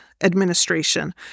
Administration